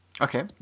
Okay